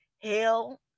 hell